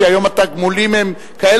כי היום התגמולים הם כאלה,